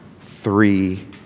three